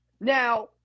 Now